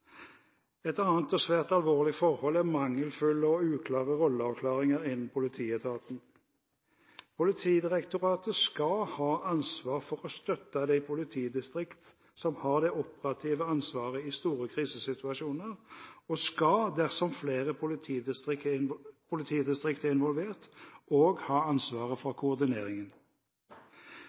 Et annet og svært alvorlig forhold er mangelfulle og uklare rolleavklaringer innen politietaten. Politidirektoratet skal ha ansvar for å støtte de politidistriktene som har det operative ansvaret i store krisesituasjoner og skal, dersom flere politidistrikter er involvert, også ha ansvaret for koordineringen.